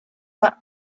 that